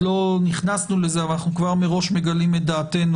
לא נכנסנו לזה אבל אנחנו כבר מגלים את דעתנו,